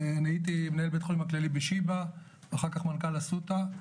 ואני הייתי מנהל בית החולים הכללי בשיבא ואחר כך מנכ"ל אסותא.